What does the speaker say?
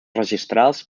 registrals